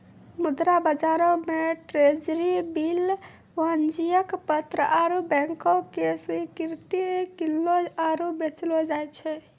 मुद्रा बजारो मे ट्रेजरी बिल, वाणिज्यक पत्र आरु बैंको के स्वीकृति किनलो आरु बेचलो जाय छै